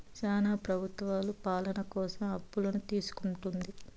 శ్యానా ప్రభుత్వాలు పాలన కోసం అప్పులను తీసుకుంటుంది